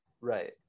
Right